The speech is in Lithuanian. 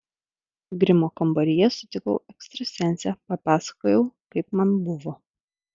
grimo kambaryje sutikau ekstrasensę papasakojau kaip man buvo